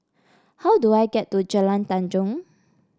how do I get to Jalan Tanjong